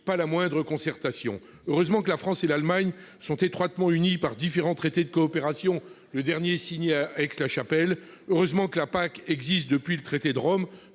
pas la moindre concertation ! Heureusement que la France et l'Allemagne sont étroitement unies par différents traités de coopération, le dernier ayant été signé à Aix-la-Chapelle ... Heureusement que la politique agricole commune existe depuis le traité de Rome.